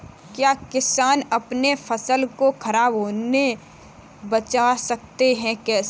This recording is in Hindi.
क्या किसान अपनी फसल को खराब होने बचा सकते हैं कैसे?